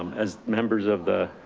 um as members of the,